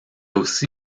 aussi